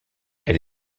elle